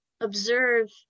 observe